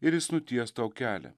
ir jis nuties tau kelią